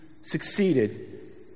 succeeded